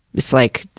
it's like,